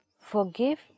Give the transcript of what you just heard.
Forgive